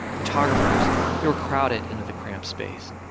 photographers they were crowded into the cramped space.